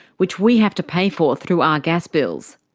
which we have to pay for through our gas bills.